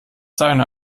seine